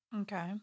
Okay